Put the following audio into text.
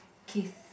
teeth